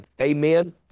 Amen